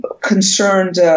concerned